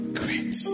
great